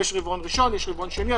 יש רבעון ראשון, יש רבעון שני.